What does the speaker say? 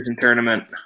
tournament